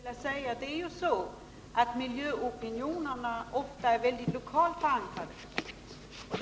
Herr talman! Till John Andersson vill jag säga att miljöopinionerna ofta är mycket lokalt förankrade.